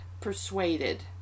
persuaded